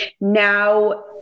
now